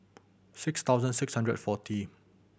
six thousand six hundred forty